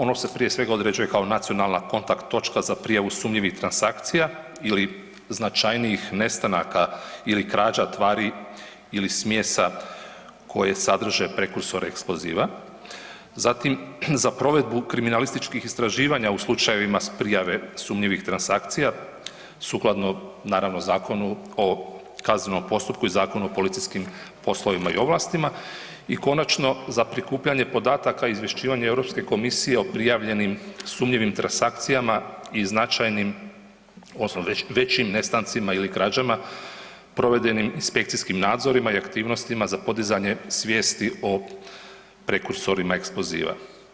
Ono se prije svega određuje kao nacionalna kontakt točka za prijavu sumnjivih transakcija ili značajnijih nestanaka ili krađa tvari ili smjesa koje sadrže prekursor eksploziva, zatim za provedbu kriminalističkih istraživanja u slučajevima prijave sumnjivih transakcija sukladno naravno Zakonu o kaznenom postupku i Zakonu o policijskim poslovima i ovlastima i konačno za prikupljanje podataka i izvješćivanje Europske komisije o prijavljenim sumnjivim transakcijama i značajnim odnosno većim nestancima ili krađama provedenim inspekcijskim nadzorima i aktivnostima za podizanje svijesti o prekursorima eksploziva.